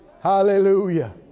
Hallelujah